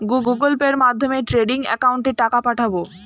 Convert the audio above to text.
Google পের মাধ্যমে trading একাউন্টে টাকা পাঠাবো?